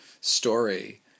story